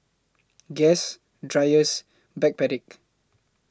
Guess Dreyers Backpedic